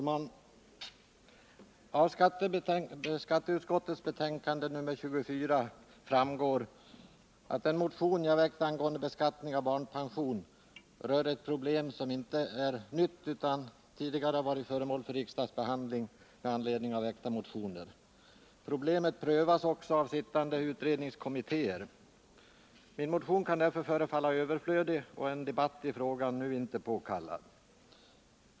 Herr talman! Av skatteutskottets betänkande nr 24 framgår att den motion jag väckt angående beskattning av barnpension rör ett problem som inte är nytt utan tidigare varit föremål för riksdagsbehandling med anledning av väckta motioner. Problemet prövas också av sittande utredningskommittéer. Min motion kan därför förefalla överflödig och en debatt i frågan nu inte påkallad.